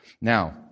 Now